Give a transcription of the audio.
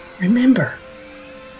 remember